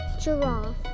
Giraffe